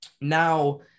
now